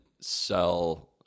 sell